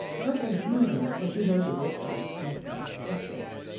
her confusion, for she heard the whisper, was excessive.